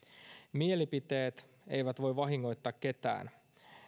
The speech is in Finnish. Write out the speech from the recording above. mielipiteet eivät voi vahingoittaa ketään